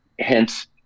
hence